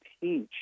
teach